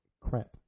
Crap